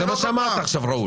זה מה שאמרת עכשיו, ראול.